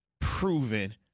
proven